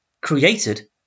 created